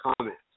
comment